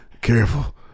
careful